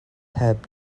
heb